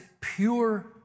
pure